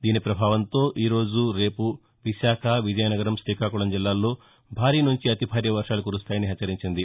దీని పభావంతో ఈ రోజు రేపు విశాఖ విజయనగరం రీకాకుళం జిల్లాల్లో భారీ నుంచి అతిభారీ వర్షాలు కురుస్తాయని హెచ్చరించింది